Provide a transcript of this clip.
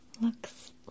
looks